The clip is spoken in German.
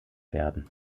werden